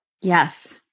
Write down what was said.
yes